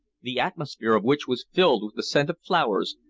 the atmosphere of which was filled with the scent of flowers,